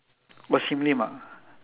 what sim lim ah